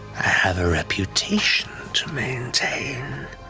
i have a reputation to maintain.